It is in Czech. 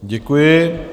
Děkuji.